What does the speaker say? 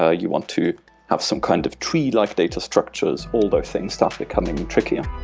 ah you want to have some kind of tree-like data structures, all those things start becoming trickier